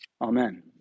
amen